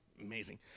amazing